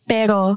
Pero